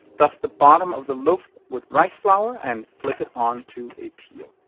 dust the bottom of the loaf with rice flour and flip it on to a peel.